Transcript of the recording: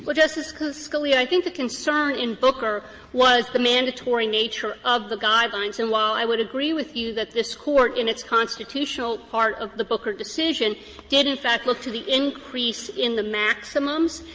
but justice scalia, i think the concern in booker was the mandatory nature of the guidelines, and while i would agree with you that this court in its constitutional part of the booker decision did, in fact, look to the increase in the maximums,